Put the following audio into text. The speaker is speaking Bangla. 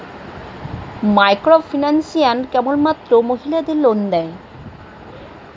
মাইক্রোফিন্যান্স কেবলমাত্র মহিলাদের লোন দেয়?